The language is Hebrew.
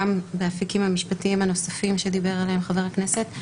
גם באפיקים המשפטיים הנוספים שדיבר עליהם חבר הכנסת,